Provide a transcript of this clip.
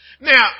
Now